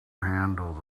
handle